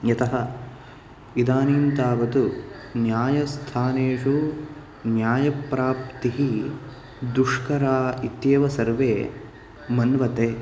यतः इदानीं तावत् न्यायस्थानेषु न्यायप्राप्तिः दुष्करा इत्येव सर्वे मन्वते